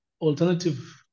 alternative